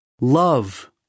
Love